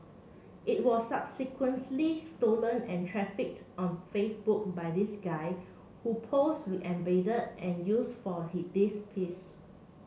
it was stolen and trafficked on Facebook by this guy who posts we embedded and use for this piece